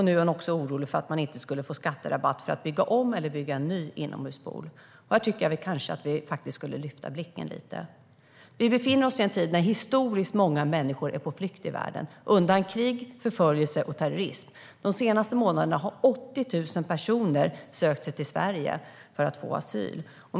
Nu är hon också orolig för att man inte ska få skatterabatt för att bygga om eller bygga ny inomhuspool. Jag tycker att vi ska lyfta blicken lite. Vi befinner oss i en tid när historiskt många människor i världen är på flykt undan krig, förföljelse och terrorism. De senaste månaderna har 80 000 personer sökt sig till Sverige för att få asyl.